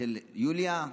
של יוליה,